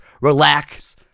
Relax